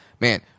man